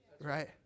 right